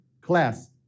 class